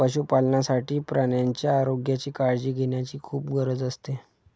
पशुपालनासाठी प्राण्यांच्या आरोग्याची काळजी घेण्याची खूप गरज असते